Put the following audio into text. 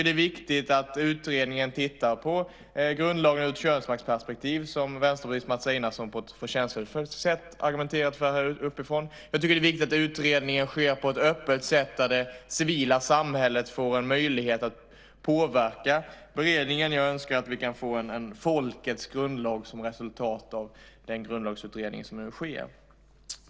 Det är viktigt att utredningen tittar på grundlagen ur ett könsmaktsperspektiv, som Vänsterpartiets Mats Einarsson på ett förtjänstfullt sätt argumenterat för från talarstolen. Det är viktigt att utredningen sker på ett öppet sätt där det civila samhället får en möjlighet att påverka beredningen. Jag önskar att vi kan få en folkets grundlag som resultat av den grundlagsutredning som nu sker.